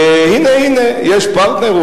הנה-הנה יש פרטנר,